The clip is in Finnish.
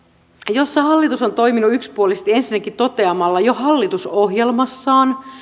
jossa hallitus on toiminut yksipuolisesti ensinnäkin toteamalla jo hallitusohjelmassaan